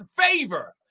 favor